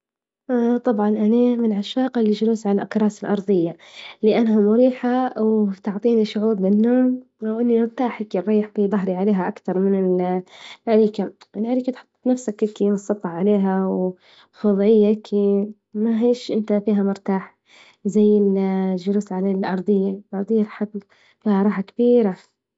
طبعا أني من عشاق الجلوس على الأكراس الأرضية لأنها مريحة وتعطيني شعور بالنوم وإني نرتاح هكي نريح بضهري عليها أكتر من الأريكة، الأريكة تحط نفسك هكي منصب عليها في وضعية ماهيش إنت فيها مرتاح زي ال جلوس على الأرضية، الأرضية راح فيها راحة كبيرة.